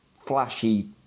flashy